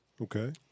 Okay